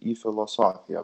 į filosofiją